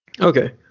okay